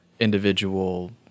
individual